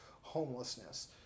homelessness